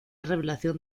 revelación